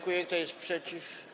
Kto jest przeciw?